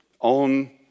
on